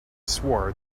swore